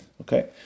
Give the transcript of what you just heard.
Okay